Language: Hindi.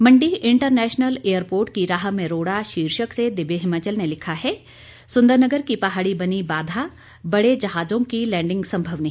मंडी इंटरनेशनल एयरपोर्ट की राह में रोड़ा शीर्षक से दिव्य हिमाचल ने लिखा है सुंदरनगर की पहाड़ी बनी बड़ी बाधा बड़े जहाजों की लैंडिंग सम्भव नहीं